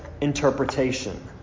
interpretation